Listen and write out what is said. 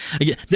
Again